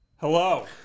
Hello